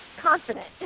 confident